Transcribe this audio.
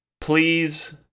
please